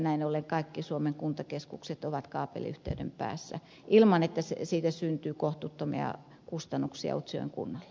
näin ollen kaikki suomen kuntakeskukset ovat kaapeliyhteyden päässä ilman että siitä syntyy kohtuuttomia kustannuksia utsjoen kunnalle